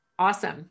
Awesome